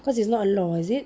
cause it's not a law is it